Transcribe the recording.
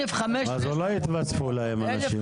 אז אולי התווספו להם אנשים?